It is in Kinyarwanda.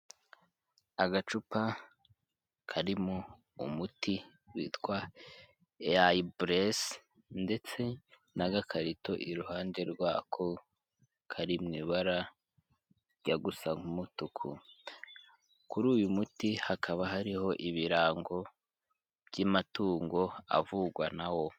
Agacupa karimo umuti witwa Ai-bless ndetse n'agakarito, iruhande rw'ako kari mu ibara yagu gusamutuku kuri uyu muti hakaba hariho ibirango by'amatungo avurwa na wo.